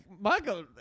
Michael